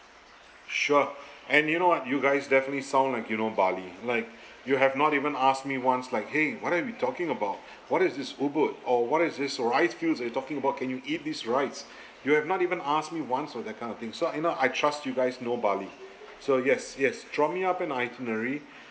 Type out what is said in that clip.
sure and you know what you guys definitely sound like you know bali like you have not even asked me once like !hey! what are we talking about what is this ubud or what is this uh rice fields you're talking about can you eat this rice you have not even asked me once on that kind of thing so I know I trust you guys know bali so yes yes draw me up an itinerary